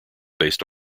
based